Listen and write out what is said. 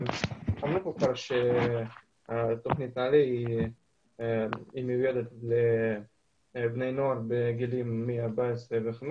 תוכנית נעל"ה היא מסגרת לבני נוער מגיל 15-14